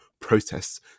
protests